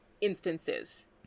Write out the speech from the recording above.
instances